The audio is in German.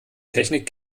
technik